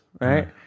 right